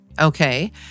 Okay